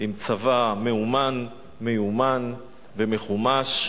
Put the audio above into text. עם צבא מאומן, מיומן ומחומש,